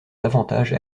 davantage